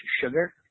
Sugar